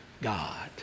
God